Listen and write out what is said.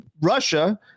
Russia